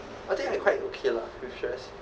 I think I quite okay lah with stress